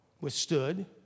withstood